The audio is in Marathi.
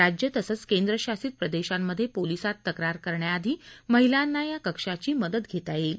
राज्य तसंच केंद्रशासित प्रदेशांमधे पोलिसांत तक्रार करण्याआधी महिलांना या कक्षाची मदत घेता येईल